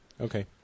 okay